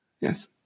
yes